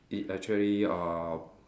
it actually uh